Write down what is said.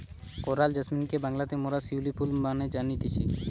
coral জেসমিনকে বাংলাতে মোরা শিউলি ফুল মানে জানতেছি